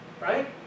Right